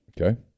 Okay